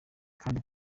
kandi